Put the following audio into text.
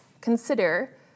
consider